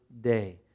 day